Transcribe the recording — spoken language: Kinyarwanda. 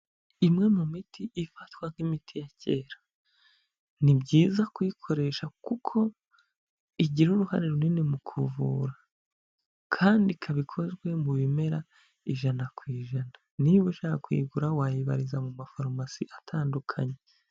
Imwe mu miti ifatwa nk'imiti ya kera. Ni byiza kuyikoresha kuko igira uruhare runini mu kuvura. Kandi ikabi ikozwe mu bimera, ijana kujana. Niba ushaka kuyigura, wayibariza mu mafarumasi atandukanye.